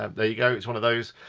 um there you go, it's one of those,